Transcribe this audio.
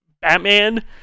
batman